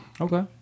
Okay